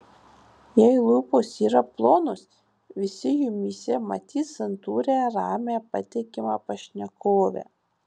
jei lūpos yra plonos visi jumyse matys santūrią ramią patikimą pašnekovę